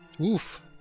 Oof